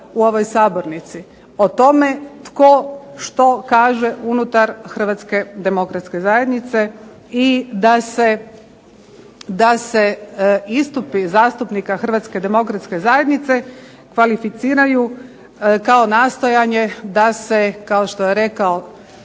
u ovoj sabornici o tome tko što kaže unutar Hrvatske demokratske zajednice i da se istupi zastupnika Hrvatske demokratske zajednice kvalificiraju kao nastojanje da se, kao što je rekao